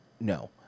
No